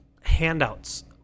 handouts